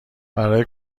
برای